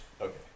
Okay